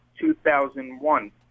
2001